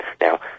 Now